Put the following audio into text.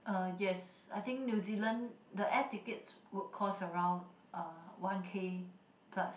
uh yes I think New Zealand the air tickets would cost around uh one K plus